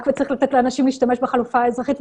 וצריך לתת לאנשים להשתמש בחלופה האזרחית,